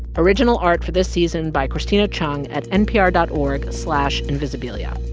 original art for this season by christina chung at npr dot org slash invisibilia.